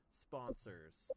sponsors